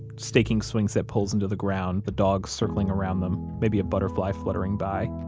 staking swingset poles into the ground, the dogs circling around them, maybe a butterfly fluttering by.